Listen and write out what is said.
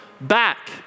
back